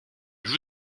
joue